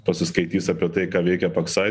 pasiskaitys apie tai ką veikia paksai